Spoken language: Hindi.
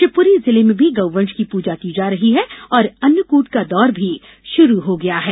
शिवपुरी जिले में भी गौवंश की पूजा की जा रही है और अन्नकूट का दौर भी शुरू हो गया है